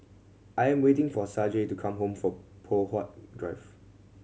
I'm waiting for Saige to come home for Poh Huat Drive